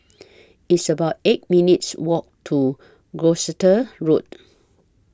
It's about eight minutes' Walk to Gloucester Road